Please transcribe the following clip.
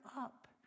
up